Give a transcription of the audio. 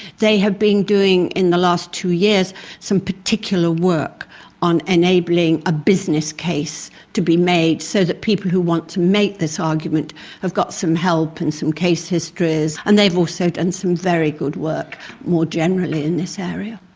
they have been doing in the last two years some particular work on enabling a business case to be made so that people who want to make this argument have got some help and some case histories, and they've also done some very good work more generally in this area.